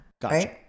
Gotcha